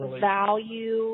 value